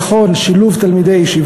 ביטחון (תיקון מס' 19 והוראת שעה) (שילוב תלמידי ישיבות),